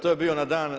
To je bio na dan.